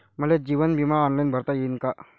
मले जीवन बिमा ऑनलाईन भरता येईन का?